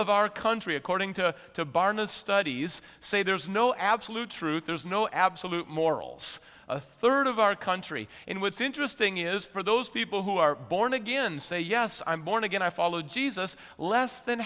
of our country according to the barna studies say there is no absolute truth there is no absolute morals a third of our country in which is interesting is for those people who are born again say yes i am born again i follow jesus less than